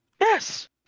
Yes